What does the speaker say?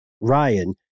Ryan